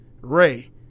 Ray